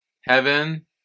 Heaven